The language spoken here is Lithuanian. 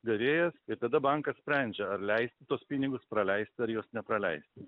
gavėjas ir tada bankas sprendžia ar leisti tuos pinigus praleisti ar jos nepraleisti